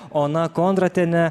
ona kondratienė